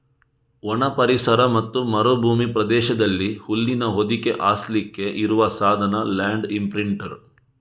ಒಣ ಪರಿಸರ ಮತ್ತೆ ಮರುಭೂಮಿ ಪ್ರದೇಶದಲ್ಲಿ ಹುಲ್ಲಿನ ಹೊದಿಕೆ ಹಾಸ್ಲಿಕ್ಕೆ ಇರುವ ಸಾಧನ ಲ್ಯಾಂಡ್ ಇಂಪ್ರಿಂಟರ್